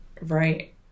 Right